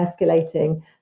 escalating